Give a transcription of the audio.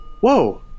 Whoa